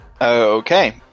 Okay